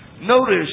Notice